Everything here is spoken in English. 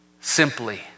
simply